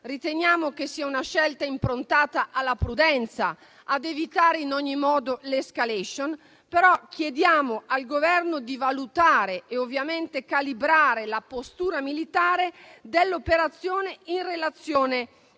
riteniamo che sia improntata alla prudenza, ad evitare in ogni modo l'*escalation*. Chiediamo tuttavia al Governo di valutare e, ovviamente, calibrare la postura militare dell'operazione in relazione